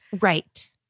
Right